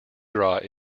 gras